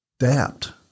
adapt